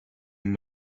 year